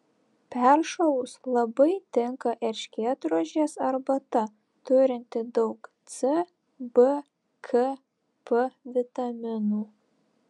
peršalus labai tinka erškėtrožės arbata turinti daug c b k p vitaminų